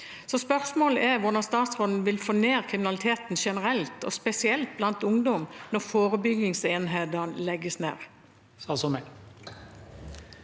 Spørsmålet er: Hvordan vil statsråden få ned kriminaliteten generelt, og spesielt blant ungdom, når forebyggingsenhetene legges ned.